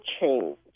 change